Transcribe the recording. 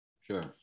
Sure